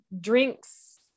drinks